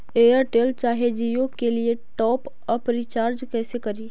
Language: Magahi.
एयरटेल चाहे जियो के लिए टॉप अप रिचार्ज़ कैसे करी?